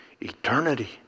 eternity